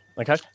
Okay